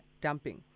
dumping